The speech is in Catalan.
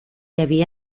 havia